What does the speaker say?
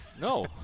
No